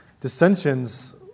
dissensions